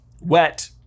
wet